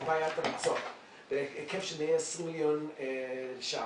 בעיית המצוק בהיקף של 120 מיליון ש"ח,